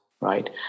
right